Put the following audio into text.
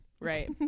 right